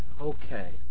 okay